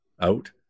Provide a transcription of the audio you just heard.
out